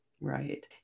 Right